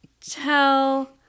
tell